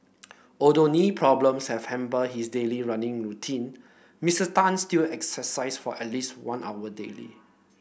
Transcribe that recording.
although knee problems have hampered his daily running routine Mister Tan still exercise for at least one hour daily